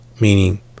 meaning